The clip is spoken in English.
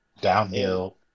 downhill